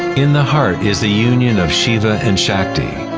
in the heart is the union of shiva and shakti.